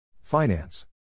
Finance